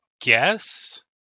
guess